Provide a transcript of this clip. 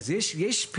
אז יש פתרונות.